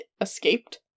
escaped